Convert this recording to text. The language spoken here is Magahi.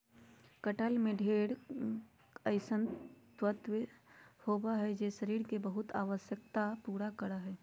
कटहल में ढेर अइसन तत्व होबा हइ जे शरीर के बहुत आवश्यकता पूरा करा हइ